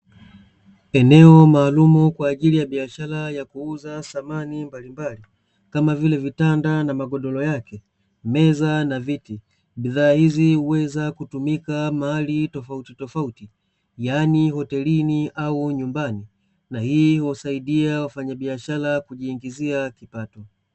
Eneo maalumu kwa ajili ya biashara ya kuuza samani mbalimbali, kama vile vitanda na magodoro yake, meza na viti. Bidhaa hizi huweza kutumika mahali tofautitofauti, yaani hotelini au nyumbani, na hii husaidia wafanya biashara kujiingizia kipato.